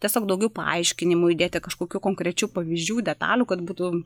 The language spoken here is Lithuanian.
tiesiog daugiau paaiškinimų įdėti kažkokių konkrečių pavyzdžių detalių kad būtų